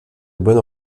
bonnes